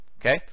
Okay